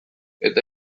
eta